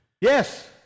Yes